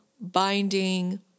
binding